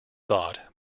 thought